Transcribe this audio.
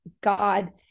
God